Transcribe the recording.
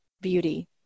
beauty